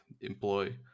employ